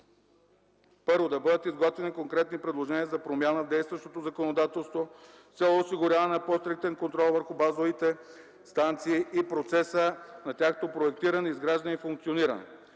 Първо, да бъдат изготвени конкретни предложения за промяна в действащото законодателство с цел осигуряване на по-стриктен контрол върху базовите станции и процеса на тяхното проектиране, изграждане и функциониране.